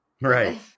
Right